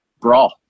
brawl